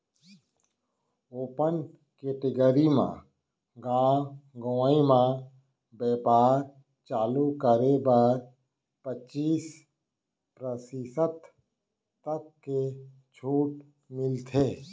open category म गाँव गंवई म बेपार चालू करे बर पचीस परतिसत तक के छूट मिलथे